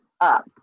up